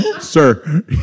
sir